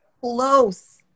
close